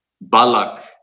Balak